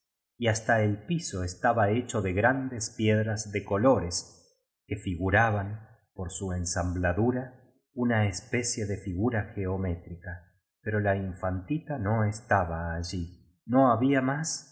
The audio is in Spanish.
y hasta el piso estaba hecho de grandes pie dras de colores que figuraban por su ensambladura una es pecie de figura geométrica pero la infantita no estaba allí no había más que